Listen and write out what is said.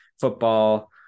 football